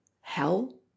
hell